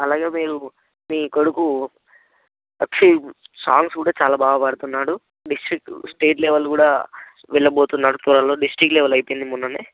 అలాగే మీరు మీ కొడుకు అక్షిత్ సాంగ్స్ కూడా చాలా బాగా పాడుతున్నాడు డిస్టిక్ స్టేట్ లెవల్ కూడా వెళ్ళబోతున్నాడు త్వరలో డిస్టిక్ లెవల్ అయిపోయింది మొన్ననే